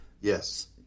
Yes